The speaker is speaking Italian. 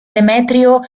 demetrio